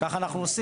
אתה צריך לכתוב: